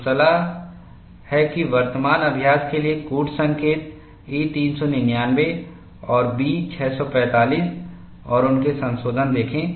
तो सलाह है कि वर्तमान अभ्यास के लिए कूट संकेत E399 और B645 और उनके संशोधन देखें